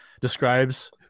describes